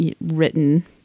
written